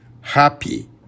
happy